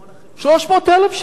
300,000 שקל?